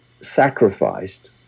sacrificed